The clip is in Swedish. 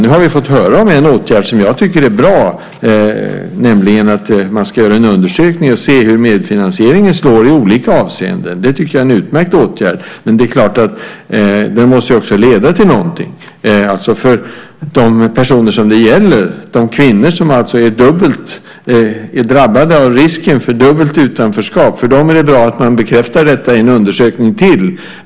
Nu har vi fått höra om en åtgärd som jag tycker är bra, nämligen att man ska göra en undersökning och se hur medfinansieringen slår i olika avseenden. Det tycker jag är en utmärkt åtgärd. Men den måste också leda till någonting för de personer som detta gäller. För de kvinnor som är drabbade av risken för dubbelt utanförskap är det bra att man bekräftar detta i en undersökning till.